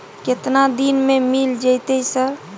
केतना दिन में मिल जयते सर?